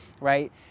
right